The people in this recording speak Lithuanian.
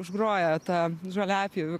užgroja ta žoliapjovių